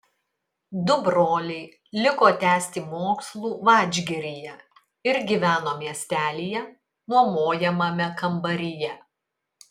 du broliai liko tęsti mokslų vadžgiryje ir gyveno miestelyje nuomojamame kambaryje